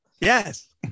yes